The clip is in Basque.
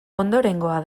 ondorengoa